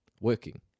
working